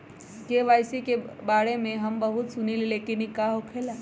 KYC के बारे में हम बहुत सुनीले लेकिन इ का होखेला?